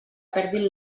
perdin